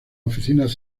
oficinas